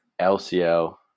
LCL